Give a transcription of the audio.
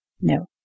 No